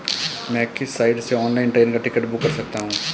मैं किस साइट से ऑनलाइन ट्रेन का टिकट बुक कर सकता हूँ?